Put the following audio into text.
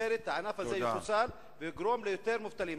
אחרת הענף הזה יחוסל ויהיו יותר מובטלים,